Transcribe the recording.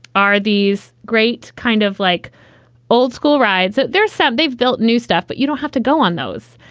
are these great? kind of like old school rides. there set. they've built new stuff, but you don't have to go on those.